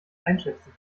einschätzen